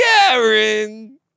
Karen